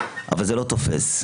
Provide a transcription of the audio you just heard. אבל זה לא תופס.